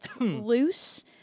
loose